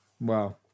Wow